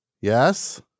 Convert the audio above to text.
Yes